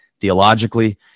theologically